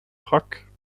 puck